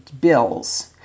bills